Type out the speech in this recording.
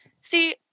See